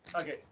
okay